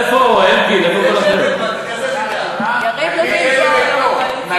איפה אלקין, יריב לוין פה, יו"ר הקואליציה.